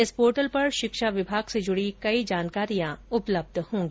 इस पोर्टल ् पर शिक्षा विभाग से जुडी कई जानकारियां उपलब्ध होगी